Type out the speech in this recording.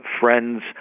friends